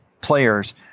players